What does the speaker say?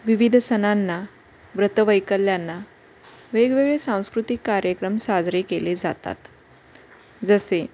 विविध सणांना व्रतवैकल्यांना वेगवेगळे सांस्कृतिक कार्यक्रम साजरे केले जातात जसे